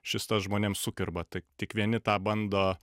šis tas žmonėm sukirba tai tik vieni tą bando